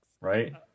Right